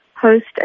host